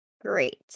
Great